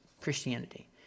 Christianity